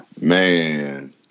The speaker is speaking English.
Man